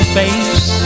face